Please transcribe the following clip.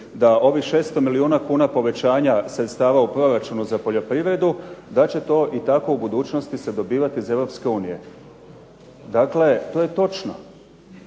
da ovih 600 milijuna kuna povećanja sredstava u proračunu za poljoprivredu, da će to i tako u budućnosti se dobivati iz Europske unije. To je točno,